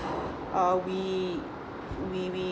uh we we we